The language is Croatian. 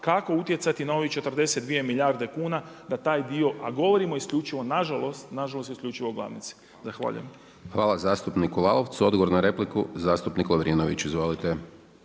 kako utjecati na ovih 42 milijarde kuna da taj dio, a govorimo isključivo na žalost i isključivo o glavnici. Zahvaljujem. **Hajdaš Dončić, Siniša (SDP)** Hvala zastupniku Lalovcu. Odgovor na repliku zastupnik Lovrinović, izvolite.